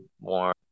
more